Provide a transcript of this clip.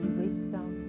wisdom